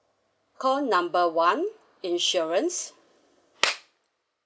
call number one insurance